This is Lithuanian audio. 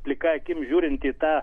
plika akim žiūrint į tą